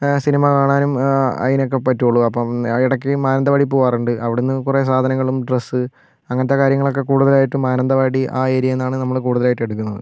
cinema കാണാനും അതിനൊക്കെ പറ്റുവൊള്ളു അപ്പം ഇടക്ക് മാനന്തവാടി പോവാറുണ്ട് അവിടുന്ന് കുറെ സാധനങ്ങളും ഡ്രസ്സ് അങ്ങനത്തെ കാര്യങ്ങളൊക്കെ കൂടുതലായിട്ടും മാനന്തവാടി ആ എരിയെന്നാണ് നമ്മൾ കൂടുതലായിട്ടും എടുക്കുന്നത്